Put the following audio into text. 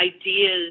ideas